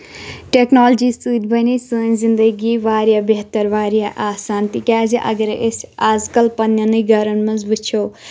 technology سٟتۍ بَنے سٲنۍ زنٛدگی واریاہ بہتَر واریاہ آسان تِکیٛازِ اگر أسۍ آزکَل پَننؠنٕے گَرَن منٛز وٕچھو